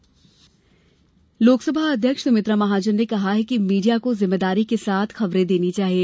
जनसंचार दीक्षांत लोकसभा अध्यक्ष सुमित्रा महाजन ने कहा है कि मीडिया को जिम्मेदारी के साथ खबरें देनी चाहिए